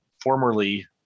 formerly